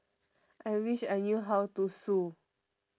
I wish I knew how to sue